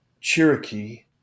Cherokee